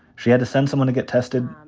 she had to send someone to get tested.